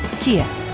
kia